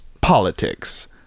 politics